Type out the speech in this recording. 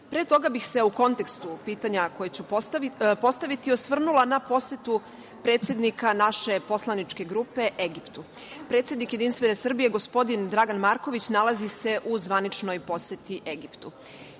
toga bih se u kontekstu pitanja koje ću postaviti, osvrnula na posetu predsednika naše poslaničke grupe Egiptu. Predsednik JS, gospodine Dragan Marković nalazi se u zvaničnoj poseti Egiptu.